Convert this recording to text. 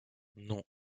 non